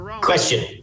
Question